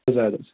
اَدٕ حظ